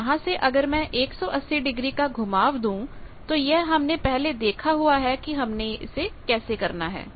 तो यहां से अगर मैं 180 डिग्री का घुमाव दूं तो यह हमने पहले देखा हुआ है कि हमने कैसे करना है